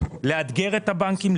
לאתגר את הבנקים,